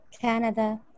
Canada